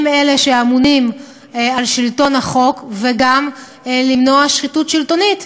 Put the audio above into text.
הן אלה שאמונות על שלטון החוק וגם על מניעת שחיתות שלטונית.